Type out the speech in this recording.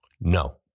No